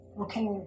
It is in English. okay